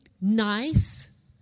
nice